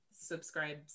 subscribe